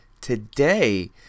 today